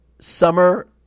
summer